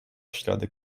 ślady